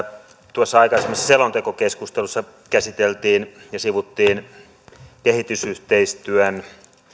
tuossa aikaisemmassa selontekokeskustelussa käsiteltiin ja sivuttiin kehitysyhteistyön